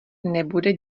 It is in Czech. nebude